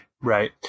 right